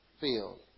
field